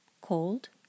cold